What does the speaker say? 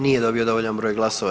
Nije dobio dovoljan broj glasova.